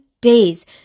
days